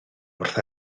wrth